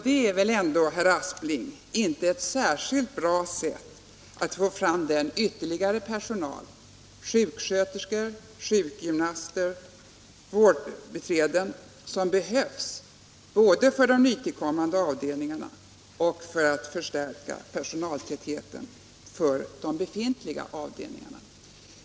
Detta är ändå inte, herr Aspling, ett särskilt bra sätt att få fram den ytterligare personal — sjuksköterskor, sjukgymnaster, vårdbiträden — som behövs både för de nytillkommande avdelningarna och för att förstärka personaltätheten vid de befintliga avdelningarna.